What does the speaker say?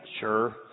Sure